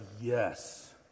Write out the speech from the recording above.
yes